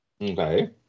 Okay